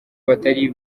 batari